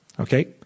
Okay